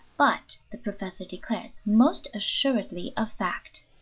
but, the professor declares, most assuredly a fact.